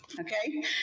Okay